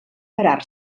parar